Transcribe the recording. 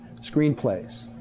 screenplays